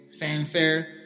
fanfare